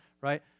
right